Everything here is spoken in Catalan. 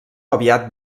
aviat